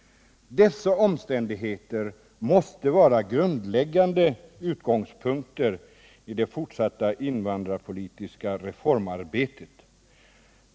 Dessa omständigheter måste vara grundläggande utgångspunkter i det fortsatta invandrarpolitiska reformarbetet.